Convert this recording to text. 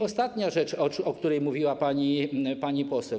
Ostatnia rzecz, o której mówiła pani poseł.